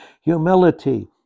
Humility